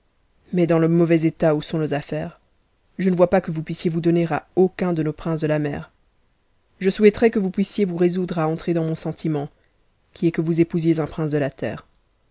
auparavant dans le mauvais état où sont nos affaires je ne vois pas que vous puissiez vous donner à aucun de nos princes de la mer je souhaiterais que vous pussiez vous résoudre à entrer dans mon sentiment qui mt que vous épousiez un prince de la terre